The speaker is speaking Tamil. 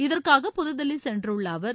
இதற்காக புதுதில்லி சென்றுள்ள அவர்